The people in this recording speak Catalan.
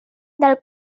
del